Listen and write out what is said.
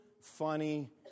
funny